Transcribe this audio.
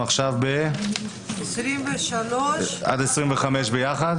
עכשיו 25-23. ביחד?